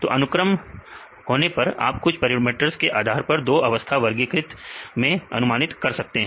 तो अनुक्रम होने पर आप कुछ पैरामीटर्स के आधार पर दो अवस्था वर्गीकृत में अनुमानित कर सकते हैं